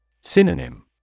Synonym